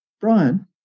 Brian